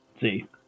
See